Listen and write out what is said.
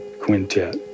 Quintet